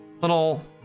little